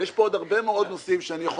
ויש פה עוד הרבה מאוד נושאים שאני יכול